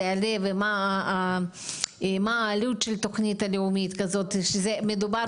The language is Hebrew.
יעלה ומה העלות של תוכנית לאומית כזו שמדובר